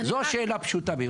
זו שאלה פשוטה בעצם.